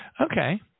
Okay